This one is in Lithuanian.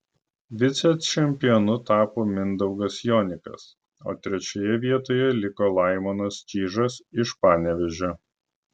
vicečempionu tapo mindaugas jonikas o trečioje vietoje liko laimonas čyžas iš panevėžio